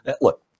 Look